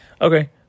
Okay